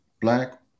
black